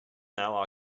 now